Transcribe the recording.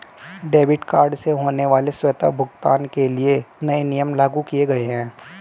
debit card से होने वाले स्वतः भुगतान के लिए नए नियम लागू किये गए है